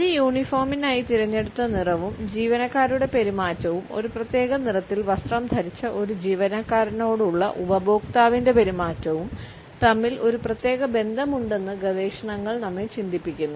ഒരു യൂണിഫോമിനായി തിരഞ്ഞെടുത്ത നിറവും ജീവനക്കാരുടെ പെരുമാറ്റവും ഒരു പ്രത്യേക നിറത്തിൽ വസ്ത്രം ധരിച്ച ഒരു ജീവനക്കാരനോടുള്ള ഉപഭോക്താവിന്റെ പെരുമാറ്റവും തമ്മിൽ ഒരു പ്രത്യേക ബന്ധമുണ്ടെന്ന് ഗവേഷണങ്ങൾ നമ്മെ ചിന്തിപ്പിക്കുന്നു